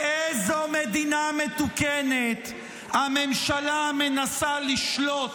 באיזו מדינה מתוקנת הממשלה מנסה לשלוט